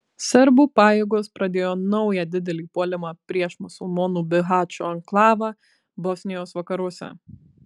serbų pajėgos pradėjo naują didelį puolimą prieš musulmonų bihačo anklavą bosnijos vakaruose